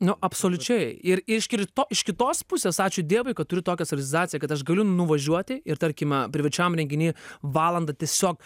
nu absoliučiai ir iš kir to iš kitos pusės ačiū dievui kad turiu tokią savirealizaciją kad aš galiu nuvažiuoti ir tarkime privačiam renginy valandą tiesiog